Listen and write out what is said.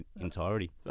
entirety